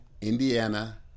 Indiana